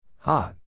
Hot